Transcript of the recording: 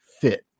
Fit